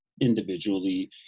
individually